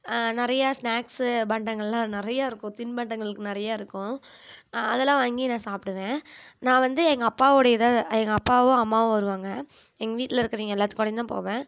நிறையா ஸ்னாக்ஸ்ஸு பண்டங்களெலாம் நிறையா இருக்கும் தின்பண்டங்கள் நிறையா இருக்கும் அதெல்லாம் வாங்கி நான் சாப்பிடுவேன் நான் வந்து எங்கள் அப்பாவோடுயேதான் எங்கள் அப்பாவோ அம்மாவோ வருவாங்க எங்கள் வீட்டில் இருக்கிறவைங்க எல்லாத்துக்கூடையந்தான் போவேன்